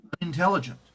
intelligent